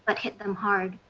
but hit them hard.